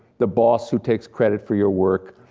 the boss who takes credit for your work,